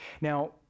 Now